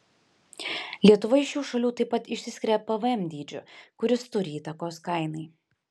lietuva iš šių šalių taip pat išsiskiria pvm dydžiu kuris turi įtakos kainai